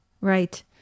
right